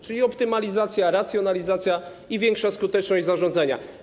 Chodzi o optymalizację, racjonalizację i większą skuteczność zarządzania.